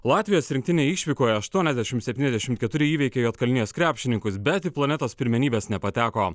latvijos rinktinė išvykoje aštuoniasdešimt septyniasdešimt keturi įveikė juodkalnijos krepšininkus bet į planetos pirmenybes nepateko